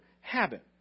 habit